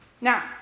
Now